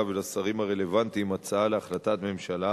ולשרים הרלוונטיים הצעה להחלטת ממשלה